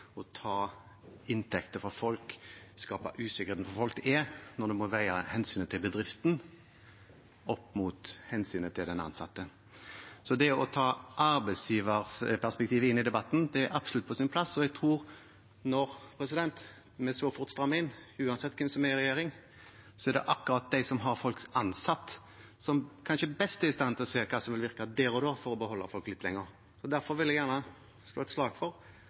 å ta inntekter fra folk og skape den usikkerheten det gir for folk når man må veie hensynet til bedriften opp mot hensynet til den ansatte. Så det å ta arbeidsgiverperspektivet inn i debatten er absolutt på sin plass, og jeg tror at når vi strammer inn så fort – uansett hvem som er i regjering – er det akkurat de som har folk ansatt, som kanskje best er i stand til å se hva som vil virke der og da for å beholde folk litt lenger. Derfor vil jeg gjerne slå et slag for